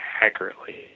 accurately